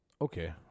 okay